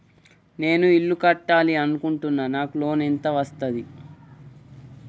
నేను ఇల్లు కట్టాలి అనుకుంటున్నా? నాకు లోన్ ఎంత వస్తది?